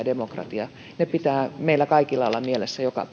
demokratia ne pitää meillä kaikilla olla mielessä joka